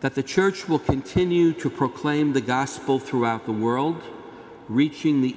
that the church will continue to proclaim the gospel throughout the world reaching the